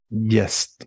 Yes